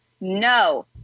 No